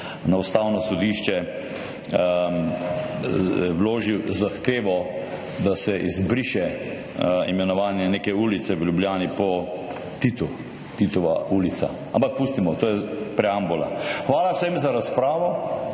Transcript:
na Ustavno sodišče vložil zahtevo, da se izbriše imenovanje neke ulice v Ljubljani po Titu, Titova ulica. Ampak pustimo, to je preambula. Hvala vsem za razpravo,